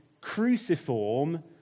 cruciform